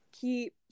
keep